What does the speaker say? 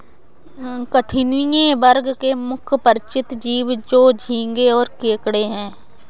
कठिनी वर्ग के मुख्य परिचित जीव तो झींगें और केकड़े हैं